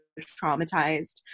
traumatized